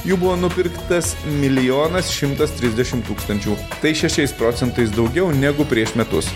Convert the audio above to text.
jų buvo nupirktas milijonas šimtas trisdešim tūkstančių tai šešiais procentais daugiau negu prieš metus